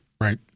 Right